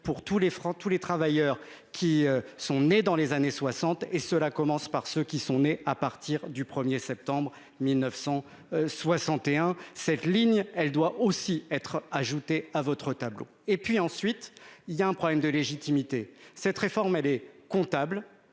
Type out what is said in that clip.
tous les travailleurs qui sont nés dans les années 60 et cela commence par ceux qui sont nés à partir du 1er septembre 1961 cette ligne elle doit aussi être ajoutés à votre tableau et puis ensuite il y a un problème de légitimité. Cette réforme elle est comptable